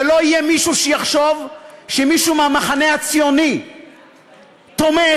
ולא יהיה מישהו שיחשוב שמישהו מהמחנה הציוני תומך